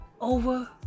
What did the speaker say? over